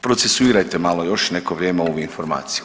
Procesuirajte malo još neko vrijeme ovu informaciju.